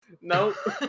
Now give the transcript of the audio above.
Nope